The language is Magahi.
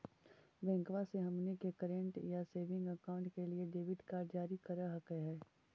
बैंकवा मे हमनी के करेंट या सेविंग अकाउंट के लिए डेबिट कार्ड जारी कर हकै है?